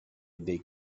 dei